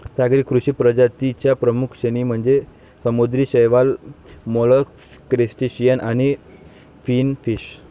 सागरी कृषी प्रजातीं च्या प्रमुख श्रेणी म्हणजे समुद्री शैवाल, मोलस्क, क्रस्टेशियन आणि फिनफिश